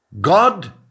God